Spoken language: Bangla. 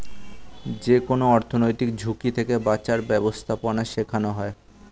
যেকোনো অর্থনৈতিক ঝুঁকি থেকে বাঁচার ব্যাবস্থাপনা শেখানো হয়